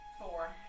Four